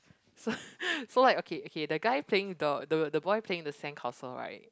so so like okay okay the guy playing the the boy playing the sandcastle right